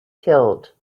killed